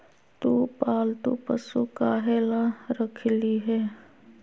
तु पालतू पशु काहे ला रखिली हें